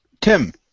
Tim